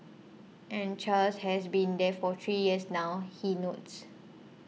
and Charles has been there for three years now he notes